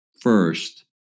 first